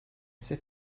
ise